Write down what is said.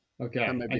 okay